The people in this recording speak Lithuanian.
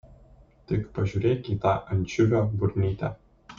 tik pažiūrėk į tą ančiuvio burnytę